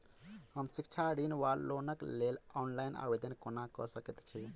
हम शिक्षा ऋण वा लोनक लेल ऑनलाइन आवेदन कोना कऽ सकैत छी?